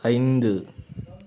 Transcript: ஐந்து